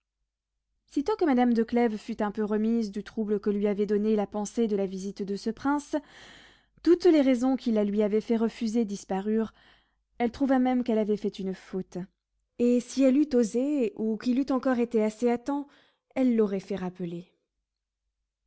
sitôt que madame de clèves fut un peu remise du trouble que lui avait donné la pensée de la visite de ce prince toutes les raisons qui la lui avaient fait refuser disparurent elle trouva même qu'elle avait fait une faute et si elle eût osé ou qu'il eût encore été assez à temps elle l'aurait fait rappeler